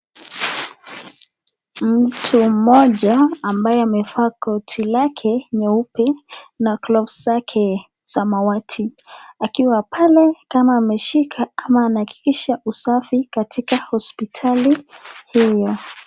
Mtu mmoja ambaye amevaa koti lake nyeupe na glovu zake samawati, akiwa pale kama ameshika ama anahakikisha usafi katika hospitali hiyo.